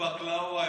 בקלאווה.